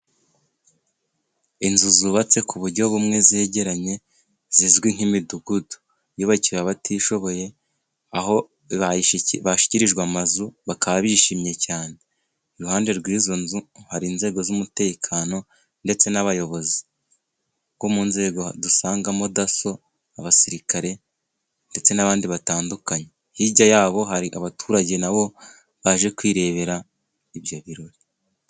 Inzu zubatse ku buryo bumwe zegeranye, zizwi nk'imidugudu yubakiwe abatishoboye, aho babashyikirije amazu, bakaba bishimye cyane, iruhande rw'izo nzu hari inzego z'umutekano, ndetse n'abayobozi bo mu nzego dusangamo daso, abasirikare ndetse n'abandi batandukanye, hirya yabo hari abaturage nabo baje kwirebera ibyo birori.